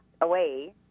away